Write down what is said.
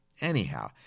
Anyhow